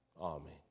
Amen